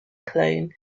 clone